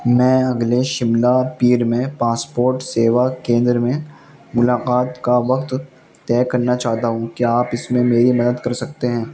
میں اگلے شملہ پیر میں پاسپورٹ سیوا کیندر میں ملاقات کا وقت طے کرنا چاہتا ہوں کیا آپ اس میں میری مدد کر سکتے ہیں